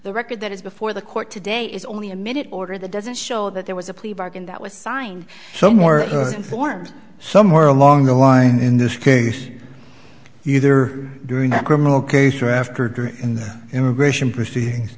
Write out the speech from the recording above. the record that is before the court today is only a minute order that doesn't show that there was a plea bargain that was signed so more informed somewhere along the line in this case either during the criminal case or after dinner in the immigration proceedings